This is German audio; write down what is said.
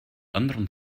anderen